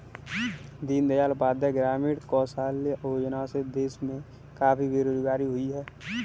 दीन दयाल उपाध्याय ग्रामीण कौशल्य योजना से देश में काफी बेरोजगारी दूर हुई है